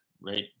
right